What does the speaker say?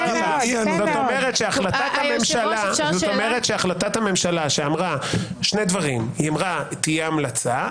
זאת אומרת שהחלטת הממשלה שאמרה שני דברים: היא אמרה שתהיה המלצה,